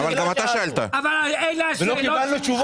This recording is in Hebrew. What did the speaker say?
אבל גם אתה שאלת את אותה שאלה ולא קיבלנו תשובות.